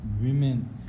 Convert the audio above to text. Women